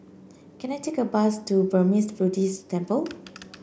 can I take a bus to Burmese Buddhist Temple